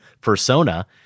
persona